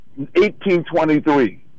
1823